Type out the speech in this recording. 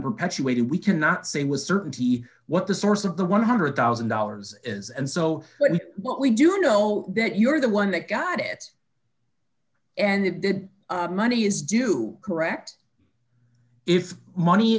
perpetuated we cannot say with certainty what the source of the one hundred thousand dollars is and so what we do know that you are the one that got it and it did money is do correct if money